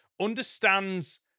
understands